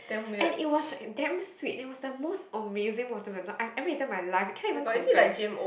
and it was damn sweet it was the most amazing watermelon I ever eaten in my life cannot even compare